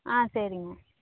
ஆ சரிங்க